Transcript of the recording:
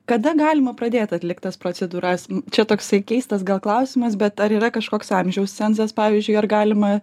kada galima pradėt atlikt tas procedūras čia toksai keistas gal klausimas bet ar yra kažkoks amžiaus cenzas pavyzdžiui ar galima